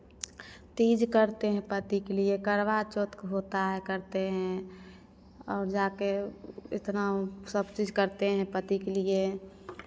तीज करते है पति के लिए करवा चौथ होता है करते हैं और जा के इतना वो सब चीज़ करते हैं पति के लिए